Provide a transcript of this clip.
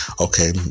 okay